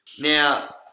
now